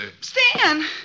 Stan